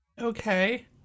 Okay